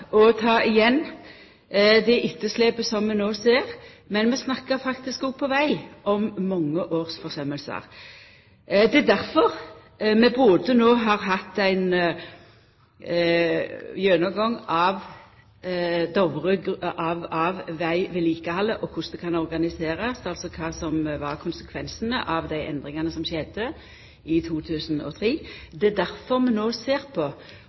ta igjen det etterslepet som vi no ser, men vi snakkar faktisk om mange års forsømmingar når det gjeld veg. Det er difor vi no har hatt ein gjennomgang både av vegvedlikehaldet og av korleis det kan organiserast – kva som er konsekvensane av endringane som skjedde i 2003. Det er difor vi no ser på